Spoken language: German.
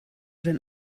den